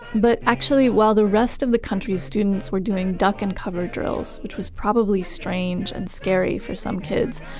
but actually, while the rest of the country students were doing duck and cover drills which was probably strange and scary for some kids,